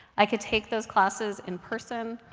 i could take those classes in person,